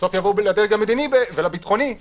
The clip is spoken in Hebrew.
בסוף יבואו אל הדרג המדיני ואל הדרג הביטחוני בטענות.